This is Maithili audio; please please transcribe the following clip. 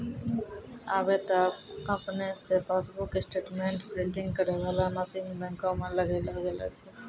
आबे त आपने से पासबुक स्टेटमेंट प्रिंटिंग करै बाला मशीन बैंको मे लगैलो गेलो छै